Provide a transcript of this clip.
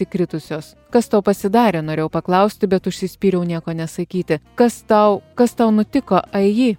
įkritusios kas tau pasidarė norėjau paklausti bet užsispyriau nieko nesakyti kas tau kas tau nutiko aiji